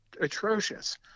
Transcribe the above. atrocious